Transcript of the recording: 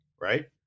right